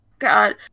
god